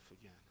again